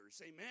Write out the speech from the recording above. Amen